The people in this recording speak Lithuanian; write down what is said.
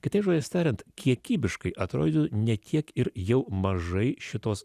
kitais žodžiais tariant kiekybiškai atrodo ne tiek ir jau mažai šitos